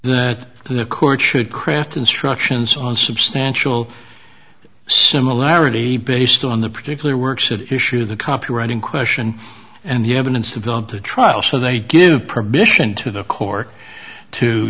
that the court should craft instructions on substantial similarity based on the particular works that issue the copyright in question and the evidence to build the trial so they give permission to the corps to